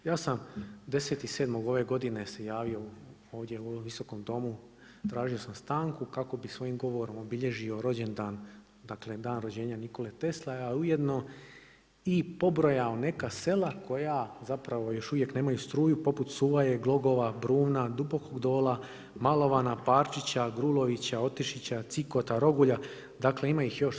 Ja sam 10.07. ove godine se javio ovdje u ovom Visokom domu, tražio sam stanku kako bih svojim govorom obilježio rođendan, dakle dan rođenja Nikole Tesle a ujedno i pobrojao neka sela koja zapravo još uvijek nemaju struju poput Suvaje, Glogova, Bruna, Dubokog Dola, Malovana, Parčića, Grulovića, Otišića, Cikota, Rogulja, dakle ima ih još.